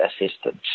assistance